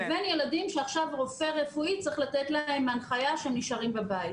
לבין ילדים שעכשיו רופא צריך לתת להם הנחיה שהם נשארים בבית.